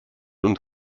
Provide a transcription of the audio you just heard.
und